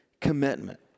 commitment